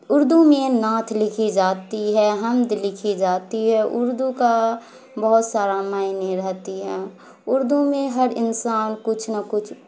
اردو میں نعت لکھی جاتی ہے حمد لکھی جاتی ہے اردو کا بہت سارا معنی رہتی ہیں اردو میں ہر انسان کچھ نہ کچھ